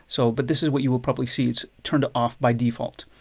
so but this is what you will probably see. it's turned off by default.